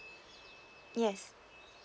yes